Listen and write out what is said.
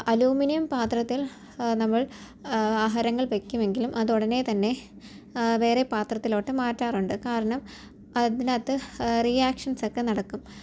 aluminium പാത്രത്തിൽ നമ്മൾ ആഹാരങ്ങൾ വയ്ക്കുമെങ്കിലും അതുടനെ തന്നെ വേറെ പാത്രത്തിലോട്ട് മാറ്റാറുണ്ട് കാരണം അതിനകത്ത് റിയാക്ഷൻസൊക്കെ നടക്കും